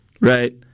right